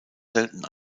selten